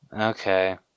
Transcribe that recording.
Okay